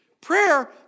Prayer